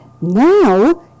Now